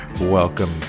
welcome